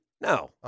No